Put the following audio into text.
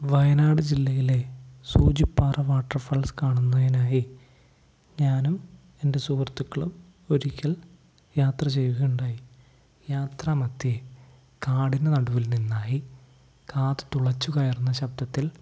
വയനാട് ജില്ലയിലെ സൂചിപ്പാറ വാട്ടർഫാൾസ് കാണുന്നതിനായി ഞാനും എൻ്റെ സുഹൃത്തുക്കളും ഒരിക്കൽ യാത്ര ചെയ്യുകയുണ്ടായി യാത്രാമധ്യേ കാടിനു നടുവിൽ നിന്നായി കാതു തുളച്ചുകയറുന്ന ശബ്ദത്തിൽ